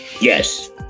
yes